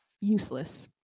useless